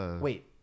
Wait